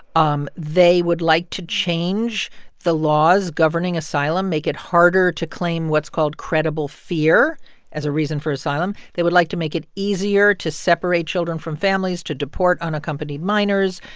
um they would like to change the laws governing asylum make it harder to claim what's called credible fear as a reason for asylum. they would like to make it easier to separate children from families to deport unaccompanied minors.